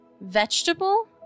Vegetable